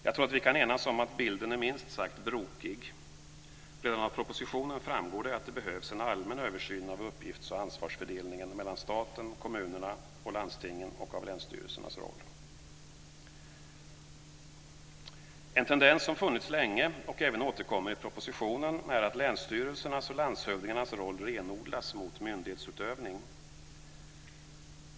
Jag tror att vi kan enas om att bilden är minst sagt brokig. Redan av propositionen framgår det att det behövs en allmän översyn av uppgifts och ansvarsfördelningen mellan staten, kommunerna och landstingen samt av länsstyrelsernas roll. En tendens som funnits länge och som även återkommer i propositionen är att länsstyrelsernas och landshövdingarnas roll renodlas mot myndighetsutövning.